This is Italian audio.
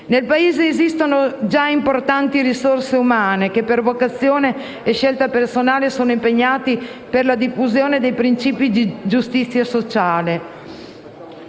Nel Paese esistono già importanti risorse umane che, per vocazione e scelta personale, sono impegnate per la diffusione dei principi di giustizia sociale;